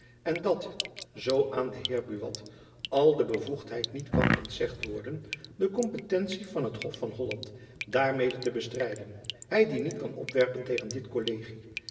en dat zoo aan den heer buat al de bevoegdheid niet kan ontzegd worden de kompetentie van het hof van holland daarmede te bestrijden hy die niet kan opwerpen tegen dit kollegie